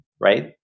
right